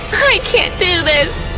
i can't do this!